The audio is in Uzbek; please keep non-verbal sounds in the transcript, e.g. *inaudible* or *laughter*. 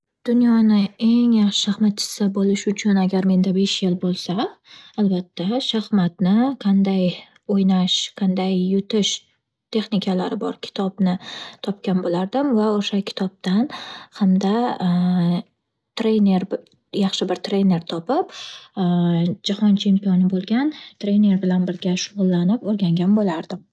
Dunyoni eng yaxshi shaxmatchisi bo'lish uchun agar menda besh yil bo'lsa, albatta shaxmatni qanday o'ynash, qanday yutish texnikalari bor kitobni topgan bo'lardim va o'sha kitobdan hamda *hesitation* treyner- yaxshi bir treyner topib, *hesitation* jahon chempioni bo'lgan treyner bilan birga shug'ullanib, o'rgangan bo'lardim.